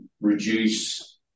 reduce